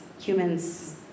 humans